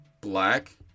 Black